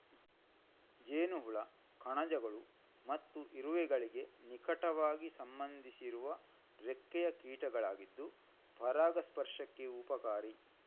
ಜೇನುಹುಳ ಕಣಜಗಳು ಮತ್ತು ಇರುವೆಗಳಿಗೆ ನಿಕಟವಾಗಿ ಸಂಬಂಧಿಸಿರುವ ರೆಕ್ಕೆಯ ಕೀಟಗಳಾಗಿದ್ದು ಪರಾಗಸ್ಪರ್ಶಕ್ಕೆ ಉಪಕಾರಿ